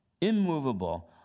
immovable